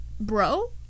bro